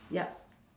yup